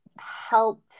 help